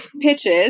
pitches